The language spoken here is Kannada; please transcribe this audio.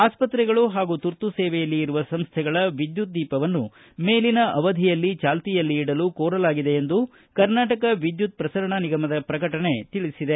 ಆಸ್ಪತ್ರೆಗಳು ಹಾಗೂ ತುರ್ತು ಸೇವೆಯಲ್ಲಿ ಇರುವ ಸಂಸ್ಟೆಗಳ ವಿದ್ದುತ್ ದೀಪವನ್ನು ಮೇಲಿನ ಅವಧಿಯಲ್ಲಿ ಚಾಲ್ತಿಯಲ್ಲಿ ಇಡಲು ಕೋರಲಾಗಿದೆ ಎಂದು ಕರ್ನಾಟಕ ವಿದ್ದುತ್ ಪ್ರಸರಣ ನಿಗಮದ ಪ್ರಕಟಣೆ ತಿಳಿಬದೆ